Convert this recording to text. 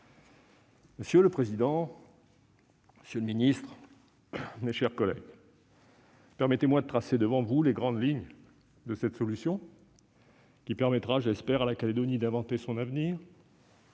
Monsieur le président, monsieur le ministre, mes chers collègues, permettez-moi de tracer devant vous les grandes lignes de cette solution ; j'espère qu'elle permettra à la Calédonie d'inventer son avenir